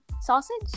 Sausage